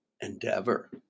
endeavor